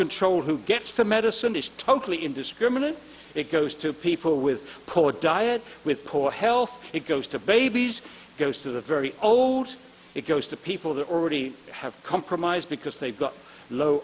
control who gets the medicine is totally indiscriminate it goes to people with poor diet with poor health it goes to babies goes to the very old it goes to people that already have compromised because they got low